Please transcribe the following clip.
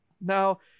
Now